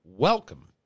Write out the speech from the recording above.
Welcome